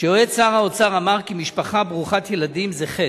שיועץ שר האוצר אמר כי "משפחה ברוכת ילדים זה חטא".